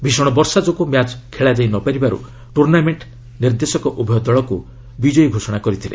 ଭୀଷଣ ବର୍ଷା ଯୋଗୁଁ ମ୍ୟାଚ୍ ଖେଳାଯାଇ ନ ପାରିବାର୍ତ ଟ୍ରର୍ଣ୍ଣାମେଣ୍ଟ ନିର୍ଦ୍ଦେଶକ ଉଭୟ ଦଳକୁ ବିଜୟୀ ଘୋଷିତ କରିଥିଲେ